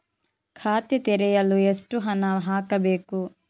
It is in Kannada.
ಖಾತೆ ತೆರೆಯಲು ಎಷ್ಟು ಹಣ ಹಾಕಬೇಕು?